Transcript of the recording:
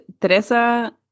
Teresa